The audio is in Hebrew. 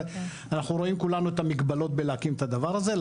אנחנו רואים כולנו את המגבלות בלהקים את הדבר הזה,